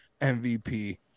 mvp